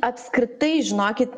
apskritai žinokit